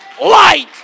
LIGHT